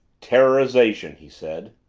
terrorization, he said.